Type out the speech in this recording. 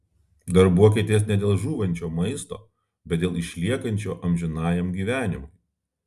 darbuokitės ne dėl žūvančio maisto bet dėl išliekančio amžinajam gyvenimui